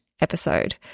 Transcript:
episode